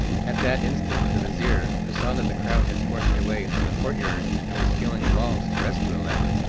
at that instant the vizir, who saw that the crowd had forced their way into the courtyard and were scaling the walls to rescue aladdin,